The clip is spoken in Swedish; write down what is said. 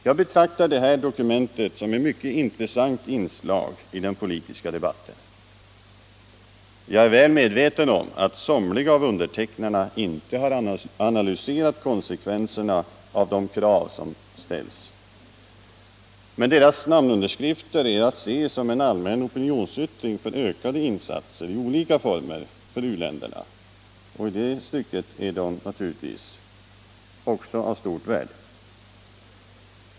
Jag betraktar detta dokument som ett mycket intressant inslag i den politiska debatten. Jag är väl medveten om att somliga av undertecknarna inte har analyserat konsekvenserna av de krav som ställs. Men deras namnunderskrifter är att se som en allmän opinionsyttring för ökade insatser i olika former för u-länderna, och i det stycket är det naturligtvis också av stort värde.